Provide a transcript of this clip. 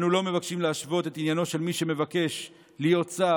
אנו לא מבקשים להשוות את עניינו של מי שמבקש להיות שר